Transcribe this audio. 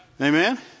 Amen